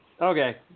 Okay